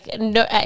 no